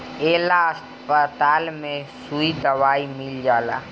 ए ला अस्पताल में सुई दवाई मील जाला